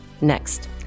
Next